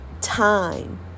time